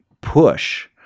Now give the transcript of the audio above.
push